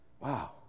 Wow